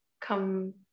come